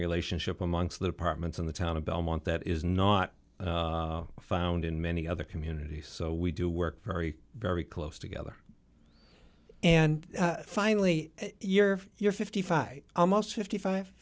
relationship amongst the apartments in the town of belmont that is not found in many other communities so we do work very very close together and finally you're you're fifty five dollars almost fifty five